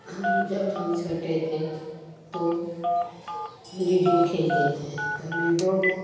हम जब हम छोटे थे तो लीडो खेलते थे तो लीडो में